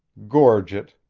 gorget,